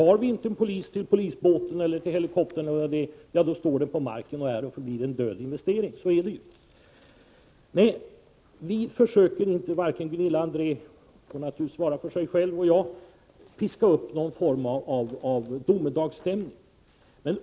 Har vi inte en polis till polisbåten, till helikoptern eller vad det nu är, blir den ju stående och är och förblir på det viset en död investering. Så är det ju. Vi försöker inte — varken jag eller Gunilla André, även om hon naturligtvis får svara för sig själv — att piska upp någon form av domedagsstämning.